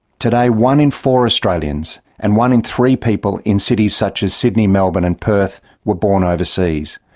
today one in four australians, and one in three people in cities such as sydney, melbourne and perth, were born overseas.